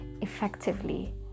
effectively